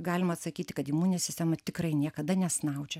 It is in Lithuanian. galima sakyti kad imuninė sistema tikrai niekada nesnaudžia